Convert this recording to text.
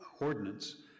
ordinance